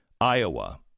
Iowa